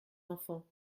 enfant